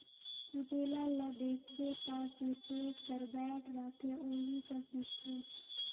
कुटेला ल देखबे ता किरकेट कर बैट रहथे ओही कस दिखथे